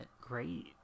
Great